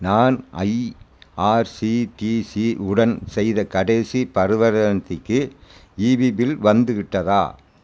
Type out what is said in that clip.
நான் ஐஆர்சிடிசி உடன் செய்த கடைசிப் ஈ பில் வந்துவிட்டதா